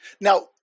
Now